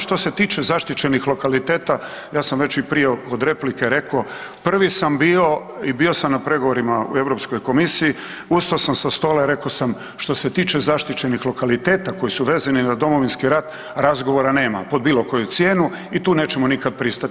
Što se tiče zaštićenih lokaliteta ja sam već i prije kod replike rekao, prvi sam bio i bio sam na pregovorima u Europskoj komisiji, ustao sam sa stola i rekao sam što se tiče zaštićenih lokaliteta koji su vezani na Domovinski rat razgovora nema pod bilo koju cijenu i tu nećemo nikad pristati.